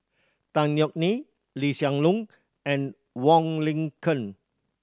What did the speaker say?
Tan Yeok Nee Lee Hsien Loong and Wong Lin Ken